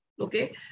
okay